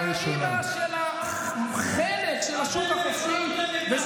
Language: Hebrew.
הוא האבא והאימא של החנק של השוק החופשי ושל